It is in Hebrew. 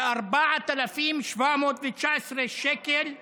ל-4,719 שקל,